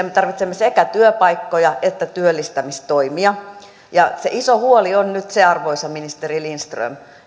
me tarvitsemme sekä työpaikkoja että työllistämistoimia se iso huoli on nyt se arvoisa ministeri lindström